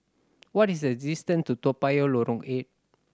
what is the distance to Toa Payoh Lorong Eight